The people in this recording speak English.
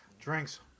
drinks